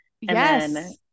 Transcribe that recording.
Yes